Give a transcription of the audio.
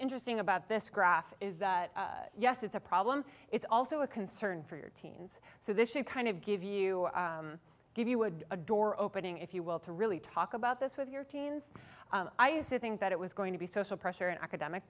interesting about this graph is that yes it's a problem it's also a concern for your teens so this should kind of give you give you would a door opening if you will to really talk about this with your teens i used to think that it was going to be social pressure and academic